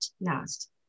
last